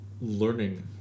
learning